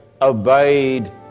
obeyed